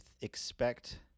expect